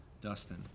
Dustin